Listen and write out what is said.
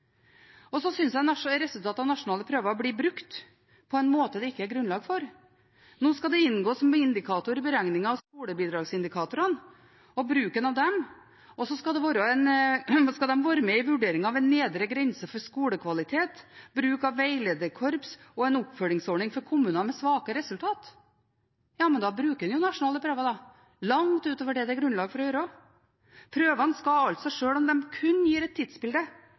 Jeg synes resultatene av nasjonale prøver blir brukt på en måte det ikke er grunnlag for. Nå skal de inngå som en indikator i beregningen av skolebidragsindikatorene og bruken av dem, og så skal de være med i vurderingen av en nedre grense for skolekvalitet, bruk av veilederkorps og en oppfølgingsordning for kommuner med svake resultat. Ja, men da bruker en jo nasjonale prøver – langt utover det det er grunnlag for å gjøre. Prøvene skal altså – sjøl om de kun gir et tidsbilde,